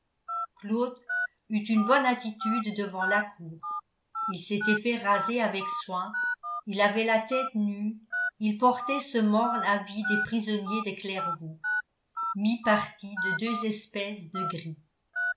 eut une bonne attitude devant la cour il s'était fait raser avec soin il avait la tête nue il portait ce morne habit des prisonniers de clairvaux mi-parti de deux espèces de